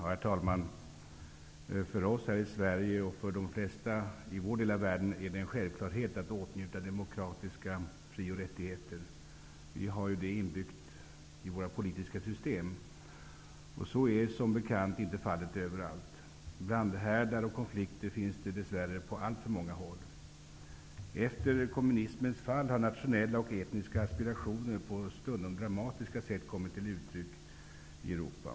Herr talman! För oss här i Sverige och för de flesta i vår del av världen är det det en självklarhet att åtnjuta demokratiska fri och rättigheter. Vi har detta inbyggt i våra politiska system. Så är som bekant inte fallet överallt. Brandhärdar och konflikter finns dess värre på alltför många håll. Efter kommunismens fall har nationella och etniska aspirationer på stundom dramatiska sätt kommit till uttryck i Europa.